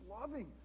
loving